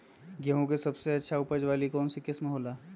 गेंहू के सबसे अच्छा उपज वाली कौन किस्म हो ला?